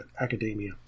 Academia